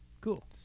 Cool